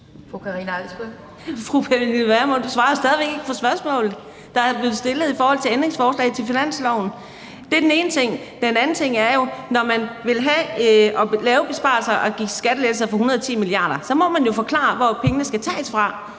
Karina Adsbøl (DF): Fru Pernille Vermund, du svarer jo stadig væk ikke på spørgsmålet, der er blevet stillet i forhold til ændringsforslaget til finansloven. Det er den ene ting. Den anden ting er, at man, når man vil lave besparelser og give skattelettelser for 110 mia. kr., jo så må forklare, hvor pengene skal tages fra.